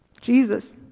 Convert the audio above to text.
Jesus